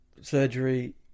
surgery